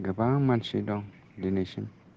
गोबां मानसि दं दिनैसिम